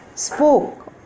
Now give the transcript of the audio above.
spoke